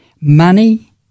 money